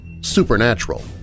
supernatural